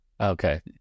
okay